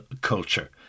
culture